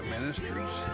Ministries